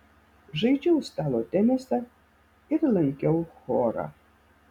žaidžiau stalo tenisą ir lankiau chorą